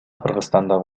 кыргызстандын